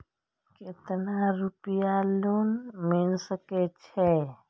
केतना रूपया लोन मिल सके छै?